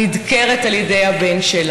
נדקרת על ידי בנה,